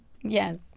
Yes